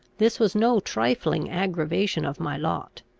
this was no trifling aggravation of my lot.